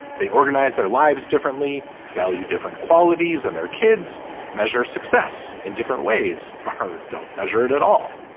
they organize their lives differently value different qualities and their kids measure success in different ways. herd don't measure it at all